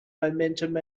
momentum